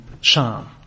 Sham